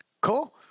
Cool